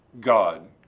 God